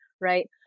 right